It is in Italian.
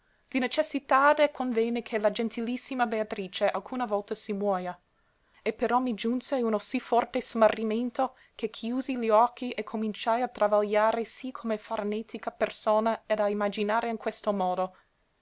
di necessitade convene che la gentilissima beatrice alcuna volta si muoia e però mi giunse uno sì forte smarrimento che chiusi li occhi e cominciai a travagliare sì come farnetica persona ed a imaginare in questo modo